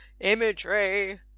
imagery